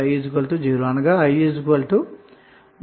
5 A vx3 i7